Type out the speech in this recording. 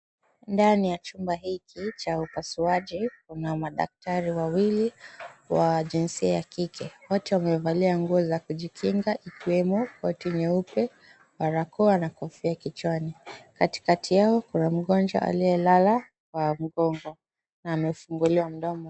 Ndani ya chumba hicho cha upasuaji kuna madaktari wawili wa jinsia ya kike wote wamevalia nguo za kujikinga ikiwemo koti nyeupe, barakoa na kofia kichwani katikakati yao kuna mgonjwa aliyelala kwa mgongo na amefunguliwa mdomo.